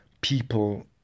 people